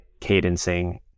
cadencing